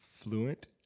fluent